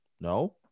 no